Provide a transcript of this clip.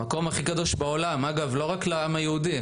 המקום הכי קדוש בעולם לא רק לעם היהודי,